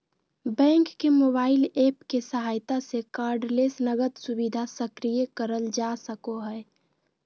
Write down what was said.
bank के mobile app के सहायता से कार्डलेस नकद सुविधा सक्रिय करल जा सको हय